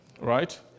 Right